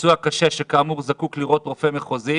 פצוע קשה שזקוק לראות רופא מחוזי